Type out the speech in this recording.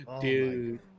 Dude